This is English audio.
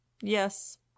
yes